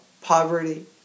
Poverty